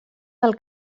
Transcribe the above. del